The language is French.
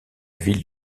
ville